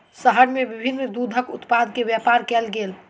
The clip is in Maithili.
शहर में विभिन्न दूधक उत्पाद के व्यापार कयल गेल